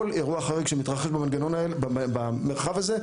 כל אירוע חריג שמתרחש במרחב הזה,